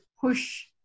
push